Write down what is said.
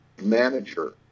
manager